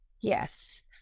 Yes